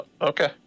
Okay